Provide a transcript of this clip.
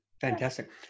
Fantastic